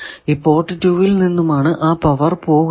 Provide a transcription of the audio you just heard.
ഈ പോർട്ട് 2 ൽ നിന്നുമാണ് ആ പവർ പോകുന്നത്